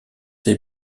ses